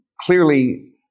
clearly